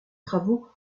travaux